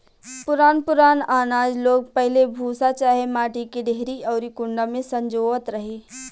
पुरान पुरान आनाज लोग पहिले भूसा चाहे माटी के डेहरी अउरी कुंडा में संजोवत रहे